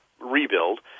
rebuild